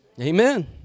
Amen